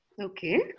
Okay